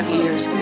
years